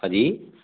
हाँ जी